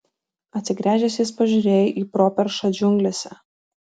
atsigręžęs jis pažiūrėjo į properšą džiunglėse